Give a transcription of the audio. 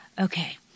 Okay